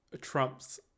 Trump's